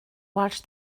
watch